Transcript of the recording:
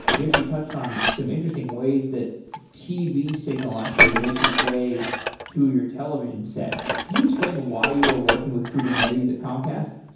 you actually touched on some interesting ways that tv signal actually makes its way to your television set. can you explain why you were working with kubernetes at comcast?